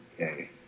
Okay